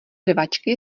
rvačky